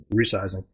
resizing